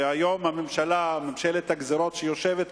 שהיום הממשלה, ממשלת הגזירות שיושבת כרגע,